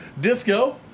Disco